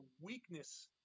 weakness